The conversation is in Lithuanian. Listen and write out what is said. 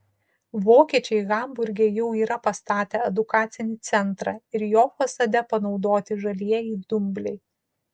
vokiečiai hamburge jau yra pastatę edukacinį centrą ir jo fasade panaudoti žalieji dumbliai